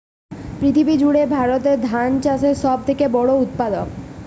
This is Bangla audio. পৃথিবী জুড়ে ভারত ধান চাষের সব থেকে বড় উৎপাদক